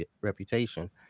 reputation